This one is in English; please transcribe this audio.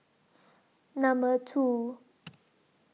Number two